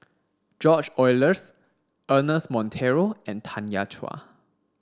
George Oehlers Ernest Monteiro and Tanya Chua